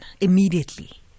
immediately